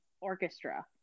orchestra